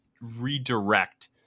redirect